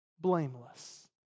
blameless